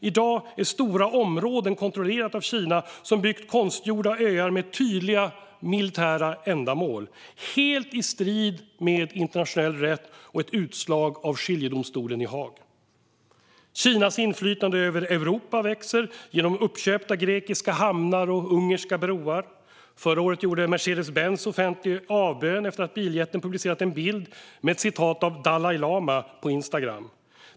I dag är stora områden kontrollerade av Kina som byggt konstgjorda öar med tydliga militära ändamål helt i strid mot internationell rätt och ett utslag av skiljedomstolen i Haag. Kinas inflytande över Europa växer genom uppköpta grekiska hamnar och ungerska broar. Förra året gjorde Mercedes-Benz offentlig avbön efter att biljätten publicerat en bild med ett citat av Dalai lama på Instagram.